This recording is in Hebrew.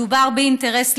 מדובר באינטרס לאומי.